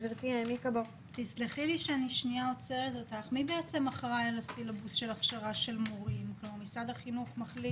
מי אחראי על הסילבוס של הכשרה של משרד החינוך,